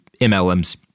MLMs